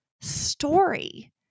story